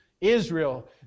Israel